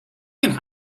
can